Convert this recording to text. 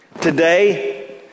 Today